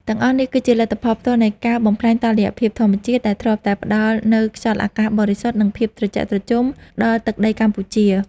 ទាំងអស់នេះគឺជាលទ្ធផលផ្ទាល់នៃការបំផ្លាញតុល្យភាពធម្មជាតិ ដែលធ្លាប់តែផ្តល់នូវខ្យល់អាកាសបរិសុទ្ធ និងភាពត្រជាក់ត្រជុំដល់ទឹកដីកម្ពុជា។